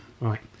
Right